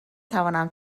توانم